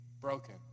broken